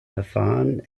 verfahren